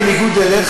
בניגוד אליך,